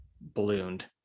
ballooned